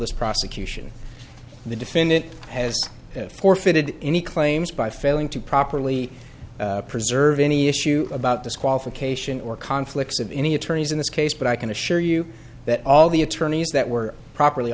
this prosecution the defendant has forfeited any claims by failing to properly preserve any issue about disqualification or conflicts of any attorneys in this case but i can assure you that all the attorneys that were properly